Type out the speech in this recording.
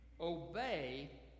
Obey